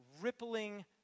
rippling